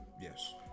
Yes